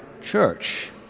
church